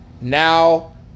now